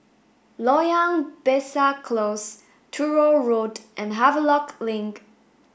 Loyang Besar Close Truro Road and Havelock Link